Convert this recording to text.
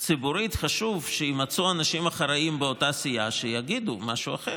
חשוב ציבורית שיימצאו אנשים אחראיים באותה סיעה שיגידו משהו אחר,